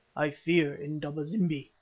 i fear indaba-zimbi.